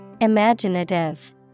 Imaginative